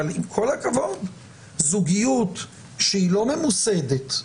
אבל עם כל הכבוד, זוגיות שהיא לא ממוסדת,